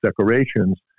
decorations